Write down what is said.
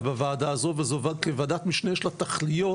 בוועדה הזו וזו ועדת משנה של התכליות,